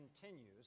continues